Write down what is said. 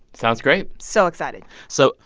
sounds great so excited so,